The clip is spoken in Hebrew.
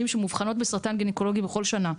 שמאובחנות בסרטן גניקולוגי בכל שנה,